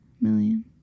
million